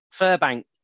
Furbank